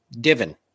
Divin